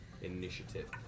initiative